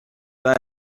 pas